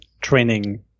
training